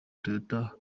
toyota